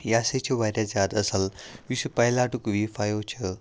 یہِ ہاسے چھِ واریاہ زیادٕ اَصٕل یُس یہِ پایلاٹُک وی فایِو چھُ